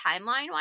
timeline-wise